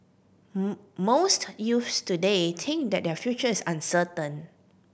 most youths today think that their future is uncertain